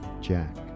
Jack